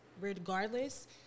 regardless